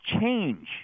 change